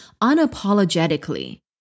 unapologetically